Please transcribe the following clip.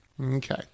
Okay